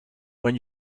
when